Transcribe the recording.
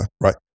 right